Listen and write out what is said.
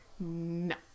no